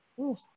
Oof